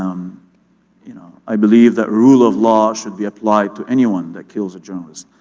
um you know i believe that rule of law should be applied to anyone that kills a journalist.